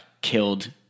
killed